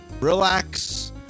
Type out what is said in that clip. relax